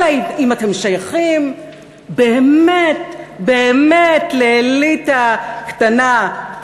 אלא אם אתם שייכים באמת באמת לאליטה קטנה,